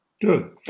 Good